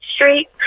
Street